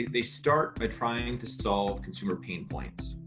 they start by trying to solve consumer pain points.